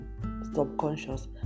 subconscious